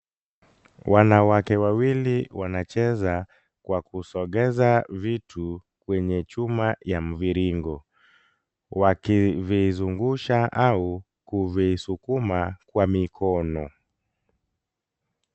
Wanawake wawili wanacheza kwa kusogeza vitu kwenye chuma ya mviringo wakivizungusha au kuvisukuma kwa mikono.